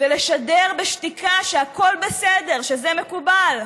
ולשדר בשתיקה שהכול בסדר, שזה מקובל,